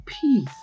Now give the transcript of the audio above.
peace